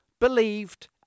believed